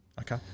Okay